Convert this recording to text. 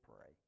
pray